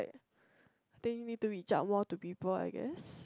think need to be judge more people to I guess